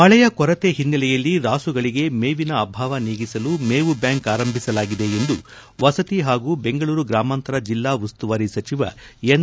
ಮಳೆಯ ಕೊರತೆ ಹಿನ್ನೆಲೆಯಲ್ಲಿ ರಾಸುಗಳಿಗೆ ಮೇವಿನ ಅಭಾವ ನೀಗಿಸಲು ಮೇವು ಬ್ಯಾಂಕ್ ಆರಂಭಿಸಲಾಗಿದೆ ಎಂದು ವಸತಿ ಹಾಗೂ ಬೆಂಗಳೂರು ಗ್ರಾಮಾಂತರ ಜಿಲ್ಲಾ ಉಸ್ತುವಾರಿ ಸಜಿವ ಎನ್